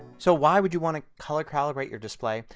so why would you want to color calibrate your display?